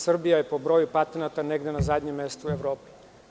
Srbija je po brojuprijavljenih patenata negde na zadnjem mestu u Evropi.